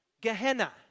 Gehenna